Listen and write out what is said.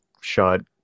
shot